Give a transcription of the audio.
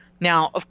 Now